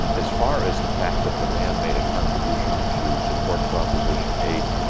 um as far as the fact that the manmade a contribution to support proposition eight,